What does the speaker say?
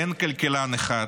אין כלכלן אחד,